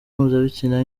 mpuzabitsina